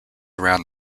around